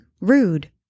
rude